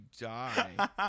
die